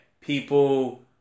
people